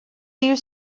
you